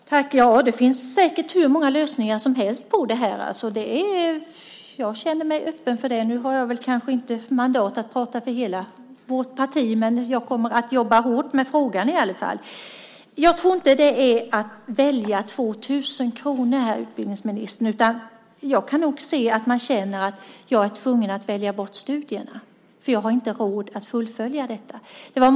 Fru talman! Det finns säkert hur många lösningar som helst på detta. Jag är öppen för många av dem. Nu har jag kanske inte mandat att tala för hela mitt parti, men jag kommer i alla fall att jobba hårt med frågan. Jag tror inte att det handlar om att välja 2 000 kr eller inte. Jag tror snarare att det handlar om att man känner att man blir tvungen att välja bort studierna, för man har inte råd att fullfölja dem.